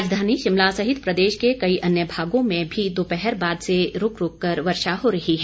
राजधानी शिमला सहित प्रदेश के कई अन्य भागों में भी दोपहर बाद से रूक रूक कर वर्षा हो रही है